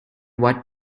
what